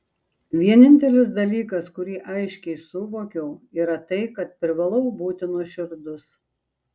vienintelis dalykas kurį aiškiai suvokiau yra tai kad privalau būti nuoširdus